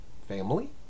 family